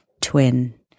twin